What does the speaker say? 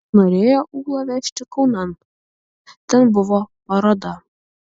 norėjo ūlą vežti kaunan ten buvo paroda